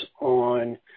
on